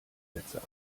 sätze